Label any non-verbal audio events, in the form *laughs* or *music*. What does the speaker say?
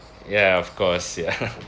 ya of course ya *laughs*